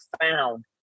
found